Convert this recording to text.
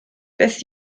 beth